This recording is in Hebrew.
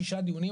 שישה דיונים,